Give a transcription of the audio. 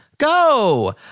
Go